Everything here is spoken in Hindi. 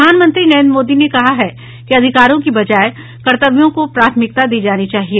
प्रधानमंत्री नरेन्द्र मोदी ने कहा है कि अधिकारों की बजाय कर्तव्यों को प्राथमिकता दी जानी चाहिए